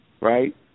right